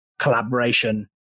collaboration